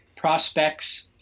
prospects